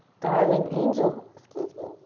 darling angel, excuse me.